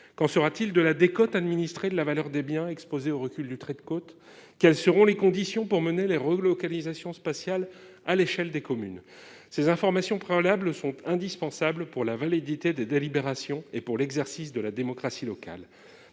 qu'en sera-t-il de la décote administré de la valeur des biens exposés au recul du trait de côte, quelles seront les conditions pour mener les relocalisations spatiale à l'échelle des communes, ces informations préalables sont indispensables pour la validité des délibérations et pour l'exercice de la démocratie locale,